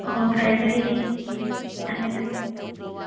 ꯍꯣꯏꯍꯣꯏ ꯐꯔꯦ ꯐꯔꯦ ꯊꯝꯃꯦ ꯊꯝꯃꯦ ꯑꯗꯨꯗꯤ